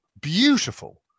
beautiful